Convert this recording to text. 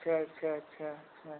अच्छा अच्छा अच्छा अच्छा